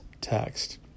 text